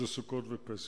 זה סוכות ופסח.